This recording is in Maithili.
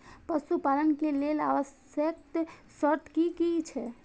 पशु पालन के लेल आवश्यक शर्त की की छै?